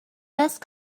best